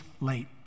late